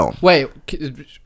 Wait